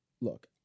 look